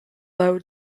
low